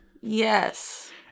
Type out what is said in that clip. Yes